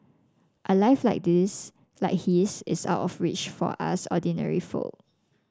a life like this like his is out of the reach of us ordinary folk